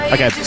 Okay